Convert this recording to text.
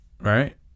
Right